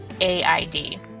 AID